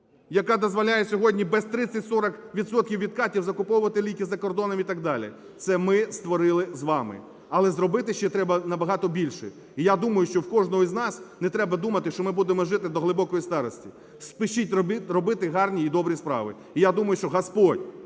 яка дозволяє сьогодні без 30-40 відсотків відкатів закуповувати ліки за кордоном і так далі? Це ми створили з вами. Але зробити ще треба набагато більше. І я думаю, що в кожного із нас, не треба думати, що ми будемо жити до глибокої старості. Спішіть робити гарні і добрі справи. І, я думаю, що Господь